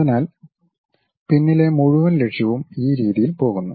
അതിനാൽ പിന്നിലെ മുഴുവൻ ലക്ഷ്യവും ഈ രീതിയിൽ പോകുന്നു